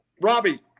Robbie